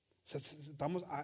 Estamos